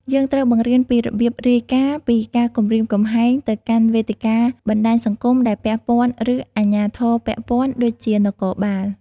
យើងត្រូវ បង្រៀនពីរបៀបរាយការណ៍ ពីការគំរាមកំហែងទៅកាន់វេទិកាបណ្ដាញសង្គមដែលពាក់ព័ន្ធ ឬអាជ្ញាធរពាក់ព័ន្ធ ដូចជានគរបាល។